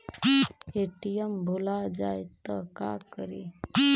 ATM भुला जाये त का करि?